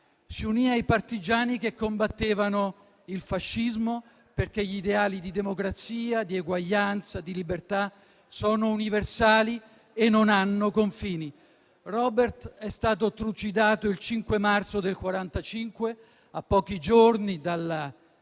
si unì ai partigiani che combattevano il fascismo, perché gli ideali di democrazia, di eguaglianza e di libertà sono universali e non hanno confini. Robert è stato trucidato il 5 marzo 1945, a pochi giorni dalla